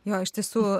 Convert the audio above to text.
jo iš tiesų